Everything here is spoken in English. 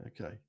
okay